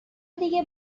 دیگه